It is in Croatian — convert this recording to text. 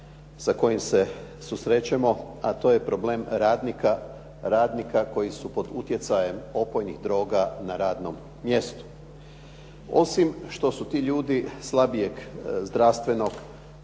s kojim se susrećemo, a to je problem radnika koji su pod utjecajem opojnih droga na radnom mjestu. Osim što su ti ljudi slabije zdravstvenog